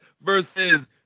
versus